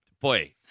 Boy